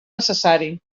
necessari